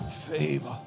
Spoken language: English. Favor